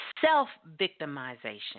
self-victimization